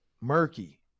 murky